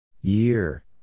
Year